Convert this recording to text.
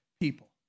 people